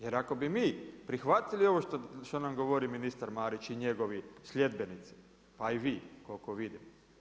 Jer ako bi mi prihvatili ovo što nam govori ministar Marić i njegovi sljedbenici, a i vi koliko vidim.